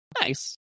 nice